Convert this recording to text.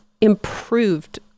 improved